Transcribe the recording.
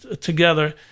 together